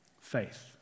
faith